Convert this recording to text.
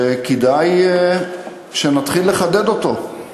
שכדאי שנתחיל לחדד אותו,